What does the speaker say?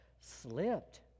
slipped